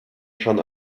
schon